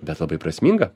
bet labai prasminga